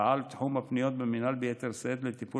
פעל תחום הפניות במינהל ביתר שאת לטיפול